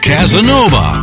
Casanova